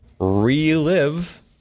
Relive